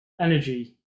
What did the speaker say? energy